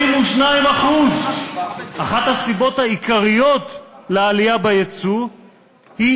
42%. אחת הסיבות העיקריות לעלייה ביצוא היא